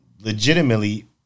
legitimately